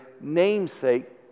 namesake